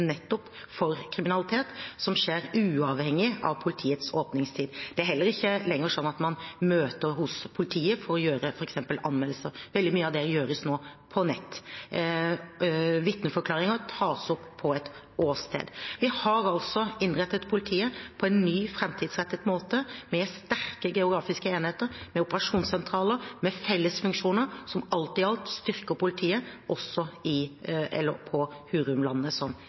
nettopp for kriminalitet som skjer uavhengig av politiets åpningstider. Det er heller ikke lenger slik at man møter hos politiet for å levere anmeldelser, f.eks. Mye av det gjøres nå på nett. Vitneforklaringer tas opp på et åsted. Vi har altså innrettet politiet på en ny, framtidsrettet måte – med sterke geografiske enheter, med operasjonssentraler, med fellesfunksjoner, som alt i alt styrker politiet også på Hurumlandet, som